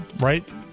right